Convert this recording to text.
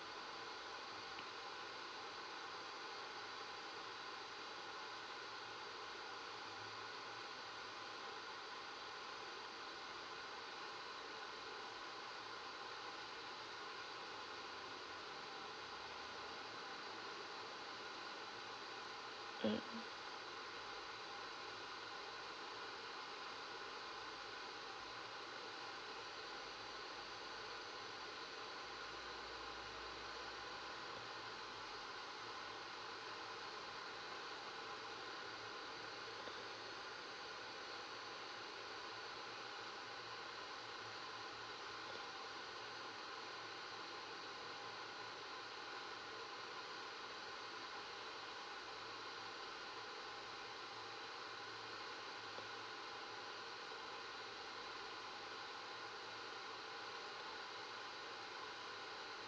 mm